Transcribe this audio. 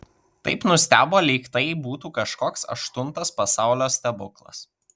taip nustebo lyg tai būtų kažkoks aštuntas pasaulio stebuklas